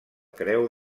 creu